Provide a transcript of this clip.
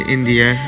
India